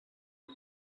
its